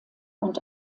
and